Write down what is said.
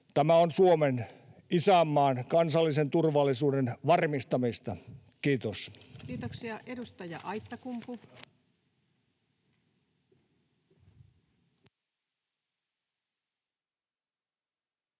Tämä on Suomen, isänmaan, kansallisen turvallisuuden varmistamista. — Kiitos. Kiitoksia.